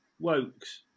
Wokes